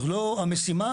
המשימה